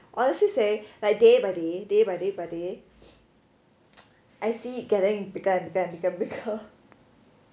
honestly say like day by day day by day day I see it getting bigger and bigger and bigger